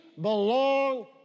belong